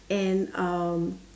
and um